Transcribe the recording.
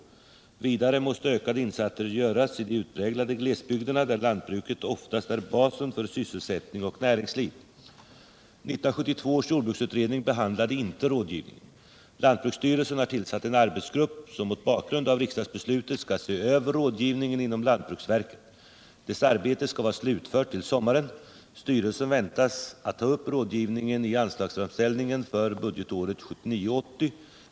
Vidare måste ökade insatser göras i de utpräglade glesbygderna, där lantbruket oftast är basen för sysselsättning och näringsliv. 1972 års jordbruksutredning behandlade inte rådgivningen. Lantbruksstyrelsen har tillsatt en arbetsgrupp som mot bakgrund av riksdagsbeslutet skall se över rådgivningen inom lantbruksverket. Dess arbete skall vara slutfört till sommaren. Styrelsen väntas ta upp rådgivningen i anslagsframställningen för budgetåret 1979/80.